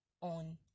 on